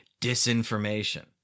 disinformation